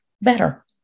better